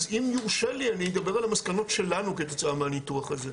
אז אם יורשה לי אני אדבר על המסקנות שלנו כתוצאה מהניתוח הזה.